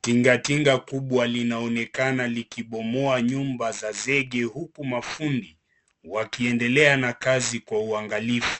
Tingatinga kubwa linaonekana likibomoa nyumba za zege huku mafundi wakiendelea na kazi kwa uangalivu.